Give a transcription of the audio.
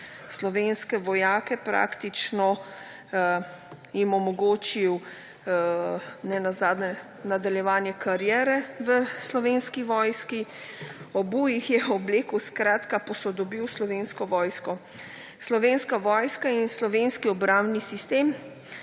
Slovenskim vojakom je praktično omogočil nenazadnje nadaljevanje kariere v Slovenski vojski, obul jih je, oblekel, skratka posodobil slovensko vojsko. Slovenska vojska in slovenski obrambni sistem